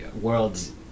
world's